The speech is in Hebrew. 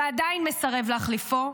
ועדיין מסרב, להחליפו.